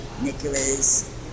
Nicholas